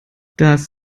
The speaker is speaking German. das